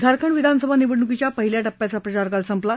झारखंड विधानसभा निवडणूकीच्या पहिल्या टप्प्याचा प्रचार काल संपला